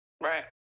right